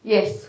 Yes